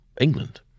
England